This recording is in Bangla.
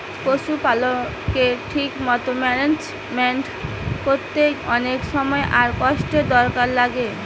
পশুপালকের ঠিক মতো ম্যানেজমেন্ট কোরতে অনেক সময় আর কষ্টের দরকার লাগে